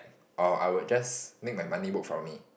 or I would just make my money work for me